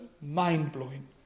mind-blowing